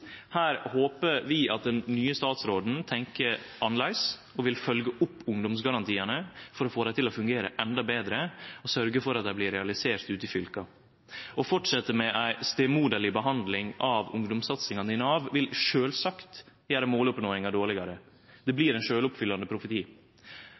Her håper vi at den nye statsråden tenkjer annleis og vil følgje opp ungdomsgarantiane for å få dei til å fungere endå betre, og sørgje for at dei blir realiserte ute i fylka. Å fortsetje med ei stemoderleg behandling av ungdomssatsingane i Nav vil sjølvsagt gjere måloppnåinga dårlegare. Det